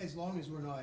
as long as we're